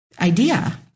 idea